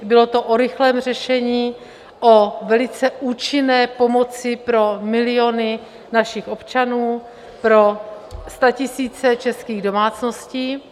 Bylo to o rychlém řešení, o velice účinné pomoci pro miliony našich občanů, pro statisíce českých domácností.